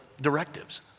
directives